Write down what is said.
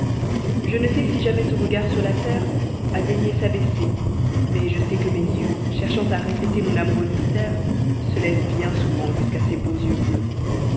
je ne sais si jamais son regard sur la terre a daigné s'abaisser mais je sais que mes yeux cherchant à refléter mon amoureux mystère se lèvent bien souvent jusqu'à ses beaux yeux bleus